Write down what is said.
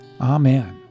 Amen